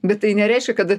bet tai nereiškia kad